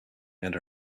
and